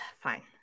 Fine